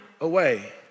away